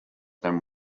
than